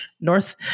north